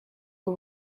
aux